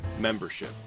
membership